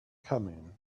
coming